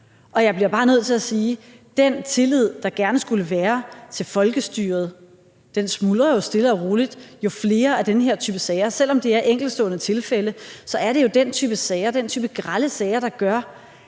Jeg bliver bare nødt til at sige, at den tillid, der gerne skulle være til folkestyret, jo stille og roligt smuldrer jo flere af den her type sager der er. Selv om de er enkeltstående tilfælde, er det jo den type sager, den type grelle sager, der gør,